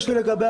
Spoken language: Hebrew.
אושר.